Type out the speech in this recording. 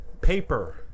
paper